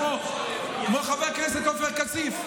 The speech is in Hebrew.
כמו חבר הכנסת עופר כסיף,